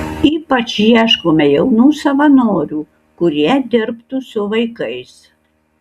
ypač ieškome jaunų savanorių kurie dirbtų su vaikais